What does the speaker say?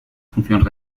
función